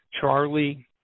Charlie